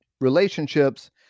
relationships